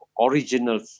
original